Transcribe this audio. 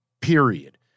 Period